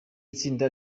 itsinda